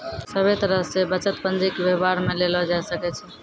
सभे तरह से बचत पंजीके वेवहार मे लेलो जाय सकै छै